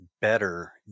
better